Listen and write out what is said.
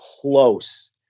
close